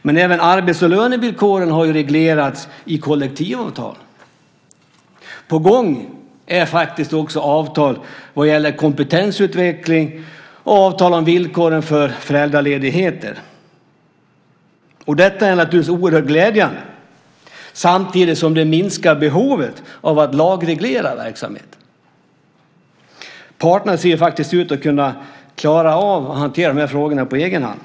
Men även arbets och lönevillkoren har reglerats i kollektivavtal. På gång är faktiskt också avtal vad gäller kompetensutveckling och avtal om villkoren för föräldraledigheter. Detta är naturligtvis oerhört glädjande, samtidigt som det minskar behovet av att lagreglera verksamheten. Parterna ser faktiskt ut att klara av att hantera de här frågorna på egen hand.